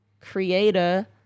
creator